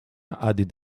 added